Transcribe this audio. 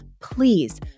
please